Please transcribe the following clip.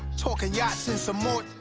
talkin' yachts and some more.